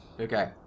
Okay